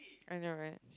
I know right